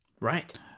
Right